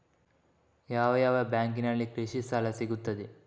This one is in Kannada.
ಯಾವ ಯಾವ ಬ್ಯಾಂಕಿನಲ್ಲಿ ಕೃಷಿ ಸಾಲ ಸಿಗುತ್ತದೆ?